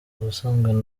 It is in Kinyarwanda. ubusanzwe